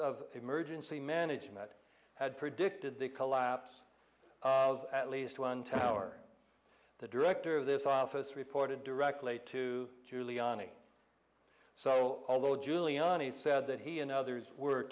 of emergency management had predicted the collapse of at least one tower the director of this office reported directly to giuliani so although giuliani said that he and others were